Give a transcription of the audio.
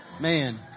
Man